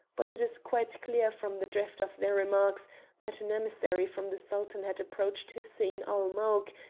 but it is quite clear from the drift of their remarks that an emissary from the sultan had approached hussein-ul-mulk,